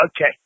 okay